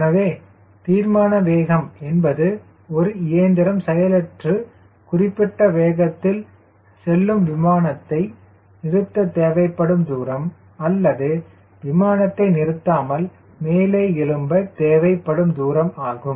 எனவே தீர்மான வேகம் என்பது ஒரு இயந்திரம் செயலற்று குறிப்பிட்ட வேகத்தில் செல்லும் விமானத்தை நிறுத்த தேவைப்படும் தூரம் அல்லது விமானத்தை நிறுத்தாமல் மேலே எழும்ப தேவைப்படும் தூரம் ஆகும்